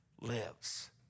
lives